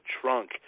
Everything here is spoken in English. trunk